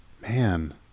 man